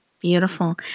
Beautiful